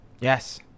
Yes